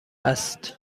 است